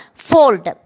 fold